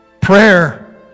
Prayer